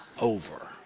over